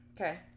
Okay